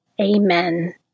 Amen